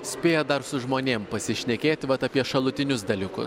spėjat dar su žmonėm pasišnekėti vat apie šalutinius dalykus